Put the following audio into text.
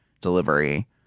delivery